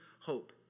hope